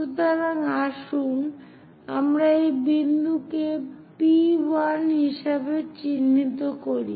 সুতরাং আসুন আমরা এই বিন্দুকে P1 হিসাবে চিহ্নিত করি